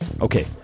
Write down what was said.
Okay